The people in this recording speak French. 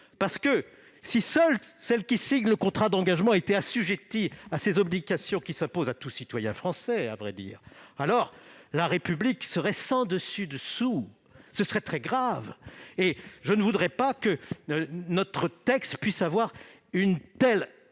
public. Si seules celles qui signent le contrat d'engagement étaient assujetties à ces obligations, qui s'imposent à tout citoyen français à vrai dire, alors la République serait sens dessus dessous. Ce serait très grave ! Je ne voudrais pas que notre texte puisse avoir une